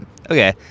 Okay